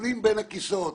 נופלים בין הכיסאות.